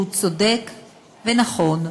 שהוא צודק ונכון,